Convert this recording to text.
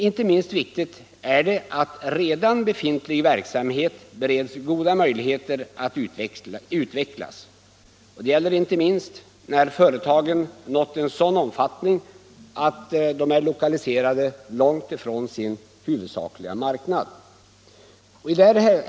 Inte minst viktigt är det att redan befintlig verksamhet bereds goda möjligheter att utvecklas, också när företagen nått en sådan omfattning att de är lokaliserade långt från sin huvudsakliga marknad.